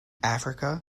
africa